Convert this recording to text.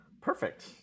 Perfect